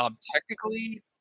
Technically